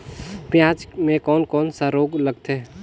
पियाज मे कोन कोन सा रोग लगथे?